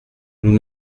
nous